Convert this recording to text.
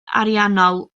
ariannol